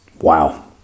Wow